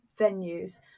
venues